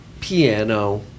piano